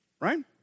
right